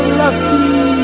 lucky